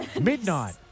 Midnight